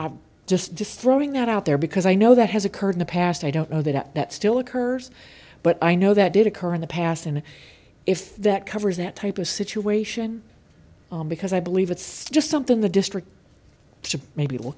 i've just destroying that out there because i know that has occurred in the past i don't know that that still occurs but i know that did occur in the past and if that covers that type of situation because i believe it's just something the district maybe